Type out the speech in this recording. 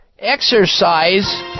Exercise